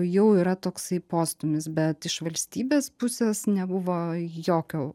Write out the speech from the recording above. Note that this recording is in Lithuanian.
jau yra toksai postūmis bet iš valstybės pusės nebuvo jokio